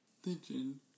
Attention